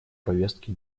повестки